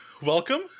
welcome